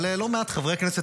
אבל לא מעט חברי כנסת,